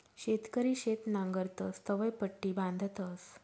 शेतकरी शेत नांगरतस तवंय पट्टी बांधतस